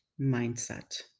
mindset